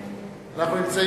תודה